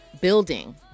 building